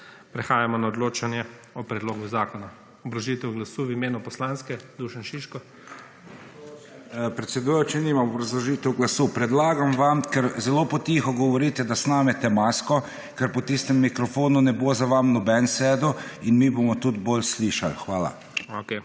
Prehajamo na odločanje o predlogu zakona. Obrazložitev glasu v imenu poslanske Dušan Šiško. DUŠAN ŠIŠKO (PS SNS): Predsedujoči, nimam obrazložitev glasu. Predlagam vam, ker zelo potiho govorite, da snamete masko, ker po tistem mikrofonu ne bo za vami nobeden sedel in mi bomo tudi bolje slišali. Hvala.